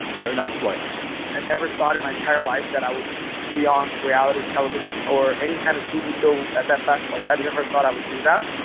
there are no spoilers i never thought in my entire life that i would be on reality television or any kind of tv show at that fact. like, i never thought i would do that.